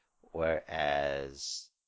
whereas